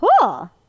Cool